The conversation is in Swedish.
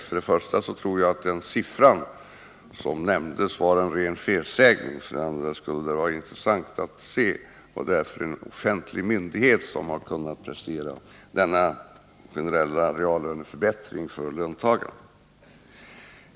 För det första tror jag att den siffra som nämndes var en ren felsägning. För det andra skulle det vara intressant att se vilken offentlig myndighet som har kunnat prestera denna generella reallöneförbättring för löntagarna.